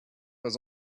was